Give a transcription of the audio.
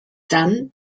dann